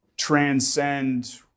transcend